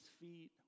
feet